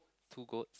two goats